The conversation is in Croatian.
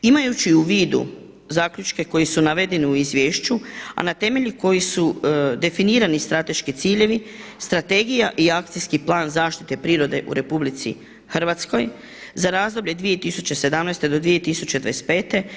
Imajući u vidu zaključke koji su navedeni u izvješću a na temelju kojih su definirani strateški ciljevi strategija i Akcijski plan zaštite prirode u RH za razdoblje 2017. do 2025.